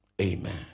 Amen